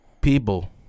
People